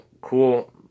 cool